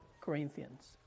Corinthians